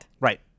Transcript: Right